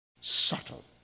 subtle